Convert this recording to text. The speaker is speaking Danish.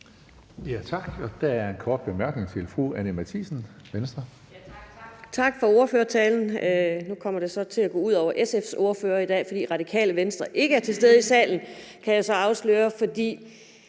Tak. Der er en kort bemærkning til fru Anni Matthiesen, Venstre. Kl. 18:26 Anni Matthiesen (V): Tak, og tak for ordførertalen, og nu kommer det så til at gå ud over SF's ordfører i dag, fordi Radikale Venstre ikke er til stede i salen, kan jeg så afsløre. For